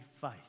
faith